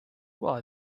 why